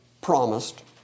promised